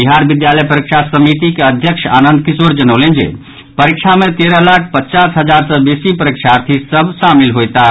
बिहार विद्यालय परीक्षा समितिक अध्यक्ष आनंद किशोर जनौलनि जे परीक्षा मे तेरह लाख पचास हजार सँ बेसी परीक्षार्थी सभ शामिल होयताह